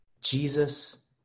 Jesus